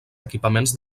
equipaments